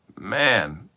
man